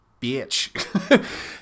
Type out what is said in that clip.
bitch